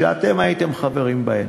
שאתם הייתם חברים בהן.